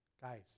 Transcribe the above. Guys